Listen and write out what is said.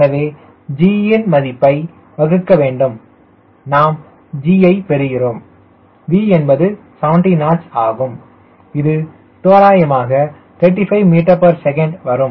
எனவே G இன் மதிப்பை வகுக்க வேண்டும் நாம் G ஐப் பெறுகிறோம் V என்பது 70 knots ஆகும் இது தோராயமாக 35ms வரும்